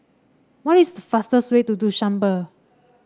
what is the fastest way to Dushanbe